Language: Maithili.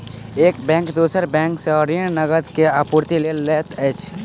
एक बैंक दोसर बैंक सॅ ऋण, नकद के आपूर्तिक लेल लैत अछि